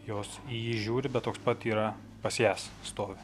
jos į jį žiūri bet toks pat yra pas jas stovi